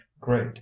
great